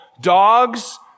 dogs